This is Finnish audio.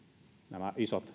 nämä isot